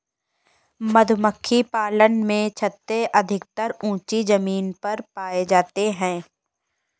मधुमक्खी पालन में छत्ते अधिकतर ऊँची जमीन पर पाए जाते हैं